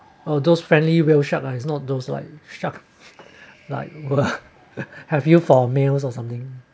oh those friendly whale shark lah it's not those like shark like !wah!have you for meals or something